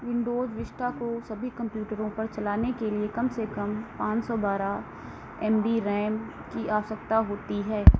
window Vista को सभी कम्प्यूटरों पर चलाने के लिए कम से कम पाँच सौ बारह एम बी रैम की आवश्यकता होती है